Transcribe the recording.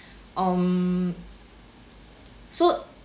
um so